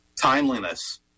Timeliness